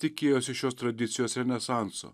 tikėjosi šios tradicijos renesanso